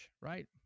right